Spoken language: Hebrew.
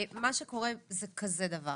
מה שקורה זה כזה דבר.